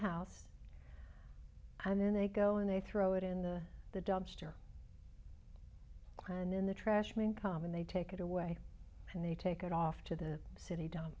house and then they go and they throw it in the the dumpster and then the trash man come and they take it away and they take it off to the city d